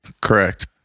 Correct